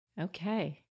Okay